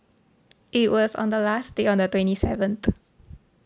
it was on the last day on the twenty seven too